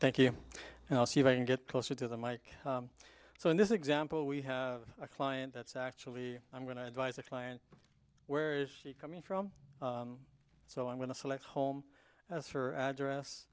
thank you and i'll see if i can get closer to the mike so in this example we have a client that's actually i'm going to advise a client where is she coming from so i'm going to select home as for address